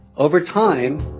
over time,